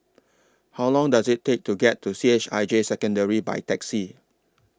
How Long Does IT Take to get to C H I J Secondary By Taxi